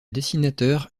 dessinateur